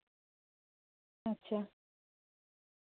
ᱟᱪᱪᱷᱟ